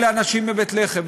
כלא הנשים בבית לחם,